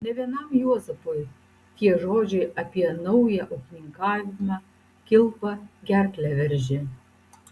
ne vienam juozapui tie žodžiai apie naują ūkininkavimą kilpa gerklę veržė